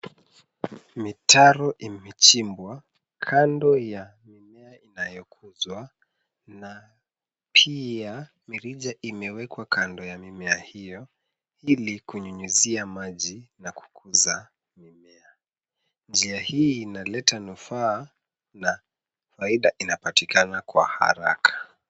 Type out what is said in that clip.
Mitaro imechimbwa kando ya mimea inayokuzwa na pia mirija imewekwa kwa kando ya mimea hio ili kunyunyizia maji na kukuza mimea njia hii inaleta nufaa na faida inapatikana kwa haraka.